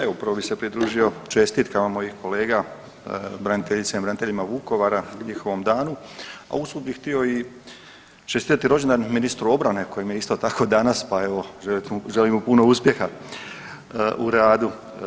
Evo, prvo bih se pridružio čestitkama mojih kolega, braniteljicama i braniteljima Vukovara, njihovom danu, a usput bih htio i čestitati rođendan ministru obrane koji je ministar, tako danas, pa evo, želim mu puno uspjeha u radu.